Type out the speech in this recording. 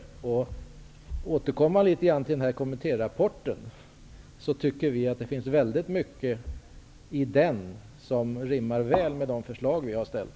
För att återkomma till kommittérapporten, så tycker vi att det finns väldigt mycket i den som rimmar väl med de förslag vi har framställt.